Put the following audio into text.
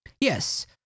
Yes